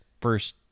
first